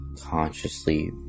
consciously